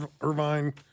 Irvine